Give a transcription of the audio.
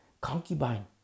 concubine